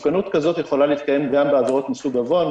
יכולה להתקיים גם בעבירות מסוג עוון,